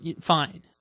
fine